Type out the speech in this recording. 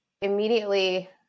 Immediately